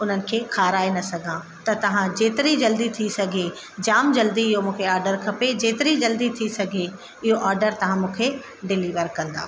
उन्हनि खे खाराए न सघां त तव्हां जेतिरी जल्दी थी सघे जाम जल्दी इहो मूंखे ऑडर खपे जेतिरी जल्दी थी सघे इहो ऑडर तव्हां मूंखे डिलीवर कंदा